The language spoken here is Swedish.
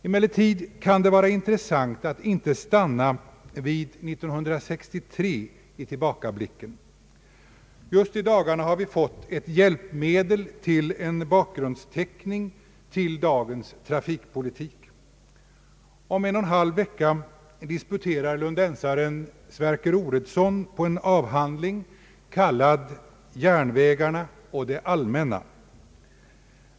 Emellertid kan det vara intressant att inte stanna vid år 1963 i tillbakablicken. Just i dagarna har vi fått ett hjälpmedel till en bakgrundsteckning till dagens trafikpolitik. Om en och en halv vecka disputerar lundensaren Sverker Oredsson på en avhandling kallad Järnvägarna och det allmänna.